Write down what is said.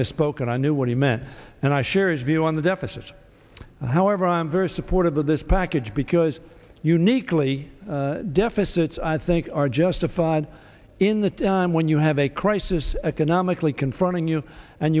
misspoke and i knew what he meant and i share his view on the deficit however i'm very supportive of this package because uniquely deficits i think are justified in the time when you have a crisis economically confronting you and